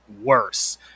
worse